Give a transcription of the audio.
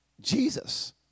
Jesus